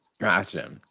Gotcha